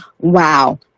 wow